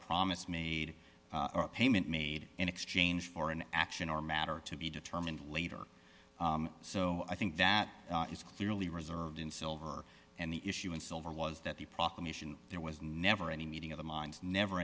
promise made a payment made in exchange for an action or matter to be determined later so i think that is clearly reserved in silver and the issue in silver was that the proclamation there was never any meeting of the minds never